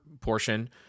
portion